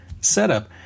setup